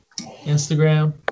Instagram